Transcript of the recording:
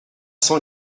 cent